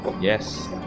Yes